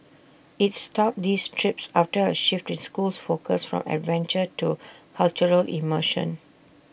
IT stopped these trips after A shift in school's focus from adventure to cultural immersion